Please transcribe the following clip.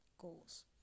goals